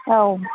औ